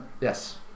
Yes